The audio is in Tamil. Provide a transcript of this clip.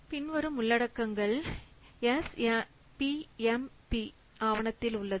பின்வரும் உள்ளடக்கங்கள் எஸ்பிஎம்பி ஆவணத்தில் உள்ளது